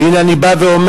והנה אני בא ואומר.